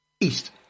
east